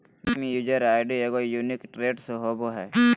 bank में user ID एगो unique address होबो हइ